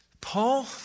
Paul